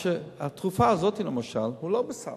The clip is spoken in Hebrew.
התרופה הזאת, למשל, היא לא בסל,